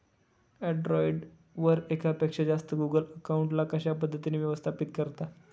Android वर एकापेक्षा जास्त गुगल अकाउंट ला कशा पद्धतीने व्यवस्थापित करता?